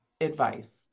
advice